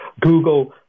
Google